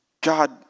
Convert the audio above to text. God